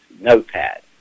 notepad